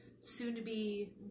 soon-to-be